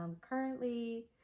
currently